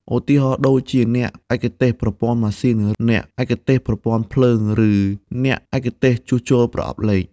ឧទាហរណ៍ដូចជាអ្នកឯកទេសប្រព័ន្ធម៉ាស៊ីន អ្នកឯកទេសប្រព័ន្ធភ្លើងឬអ្នកឯកទេសជួសជុលប្រអប់លេខ។